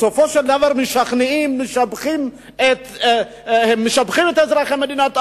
בסופו של דבר משבחים את אזרחי מדינת ישראל: